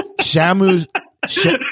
Shamu's